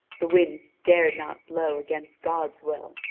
the winds dared not blow against god's will.